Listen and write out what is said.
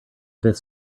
this